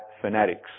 fanatics